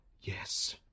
Yes